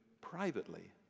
privately